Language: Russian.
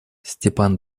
степан